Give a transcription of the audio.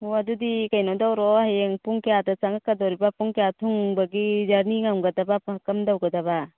ꯑꯣ ꯑꯗꯨꯗꯤ ꯀꯩꯅꯣ ꯇꯧꯔꯣ ꯍꯌꯦꯡ ꯄꯨꯡ ꯀꯌꯥꯗ ꯆꯪꯉꯛꯀꯗꯣꯔꯤꯕ ꯄꯨꯡ ꯀꯌꯥꯗ ꯊꯨꯡꯕꯒꯤ ꯖꯔꯅꯤ ꯉꯝꯒꯗꯕ ꯀꯔꯝ ꯇꯧꯒꯗꯕ